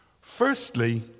Firstly